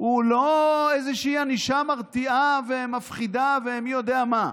הוא לא איזו ענישה מרתיעה ומפחידה מי יודע מה.